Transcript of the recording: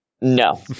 No